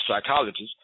psychologists